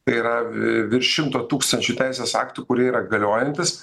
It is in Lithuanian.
tai yra vi virš šimto tūkstančių teisės aktų kurie yra galiojantys